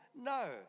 No